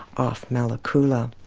off malekula.